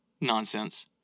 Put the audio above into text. nonsense